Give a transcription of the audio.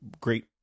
great